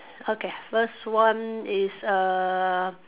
okay first one is uh